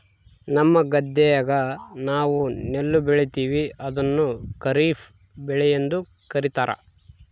ನಮ್ಮ ಗದ್ದೆಗ ನಾವು ನೆಲ್ಲು ಬೆಳೀತೀವಿ, ಅದನ್ನು ಖಾರಿಫ್ ಬೆಳೆಯೆಂದು ಕರಿತಾರಾ